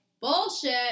bullshit